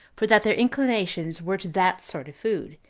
for that their inclinations were to that sort of food,